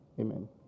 Amen